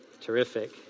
terrific